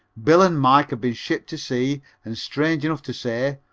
bill and mike have been shipped to sea and strange enough to say,